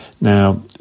Now